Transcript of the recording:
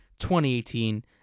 2018